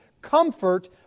comfort